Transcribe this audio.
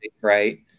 right